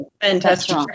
fantastic